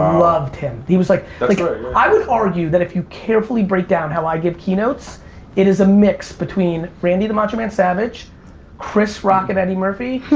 loved him. he was like like yeah i would argue that if you carefully break down how i give keynotes it is a mix between randy the macho man savage chris rock and eddie murphy